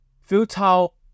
futile